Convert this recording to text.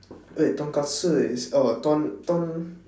eh tonkatsu is oh ton ton